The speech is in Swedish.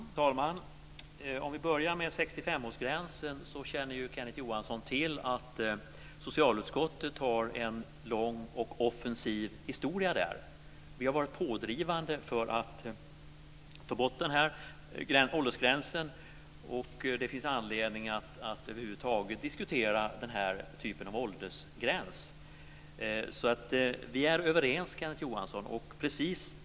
Herr talman! Om vi börjar med 65-årsgränsen känner Kenneth Johansson till att socialutskottet har en lång och offensiv historia där. Vi har varit pådrivande för att ta bort åldersgränsen. Det finns anledning att över huvud taget diskutera den typen av åldersgräns. Vi är överens, Kenneth Johansson.